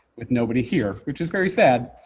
with nobody here, which is very sad.